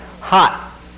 hot